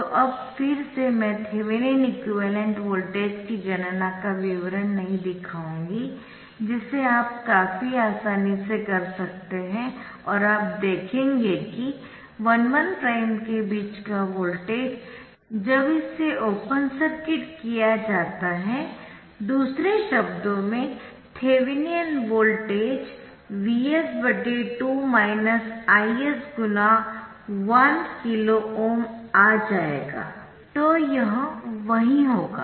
तो अब फिर से मैं थेवेनिन एक्विवैलेन्ट वोल्टेज की गणना का विवरण नहीं दिखाऊंगी जिसे आप काफी आसानी से कर सकते है और आप देखेंगे कि 1 1 प्राइम के बीच का वोल्टेज जब इसे ओपन सर्किट किया जाता है दूसरे शब्दों में Thevenin voltage Vs 2 I s x 1K𝛀 आ जाएगा तो यह वही होगा